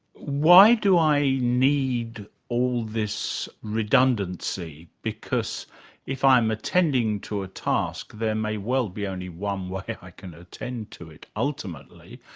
why do i need all this redundancy, because if i'm attending to a task there may well be only one way i can attend to it, ultimately,